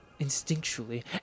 instinctually